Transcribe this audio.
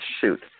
shoot